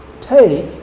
take